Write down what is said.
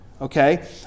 Okay